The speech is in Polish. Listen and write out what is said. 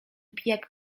pijak